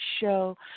show